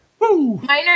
Minor